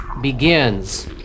begins